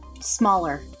smaller